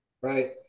Right